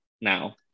now